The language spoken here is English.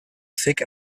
thick